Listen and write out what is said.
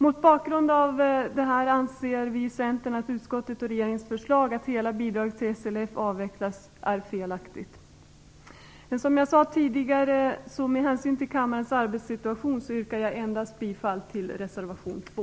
Mot denna bakgrund anser vi i Centern att regeringens och utskottets förslag att hela bidraget till SLF skall avvecklas är felaktigt, men med hänsyn till kammarens arbetssituation yrkar jag bifall endast till reservation 2.